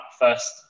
first